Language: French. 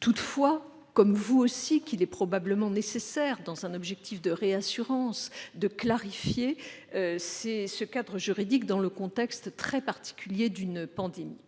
toutefois, comme vous, qu'il est probablement nécessaire, dans un objectif de réassurance, de clarifier ce cadre juridique dans le contexte très particulier de cette pandémie.